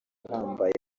uhambaye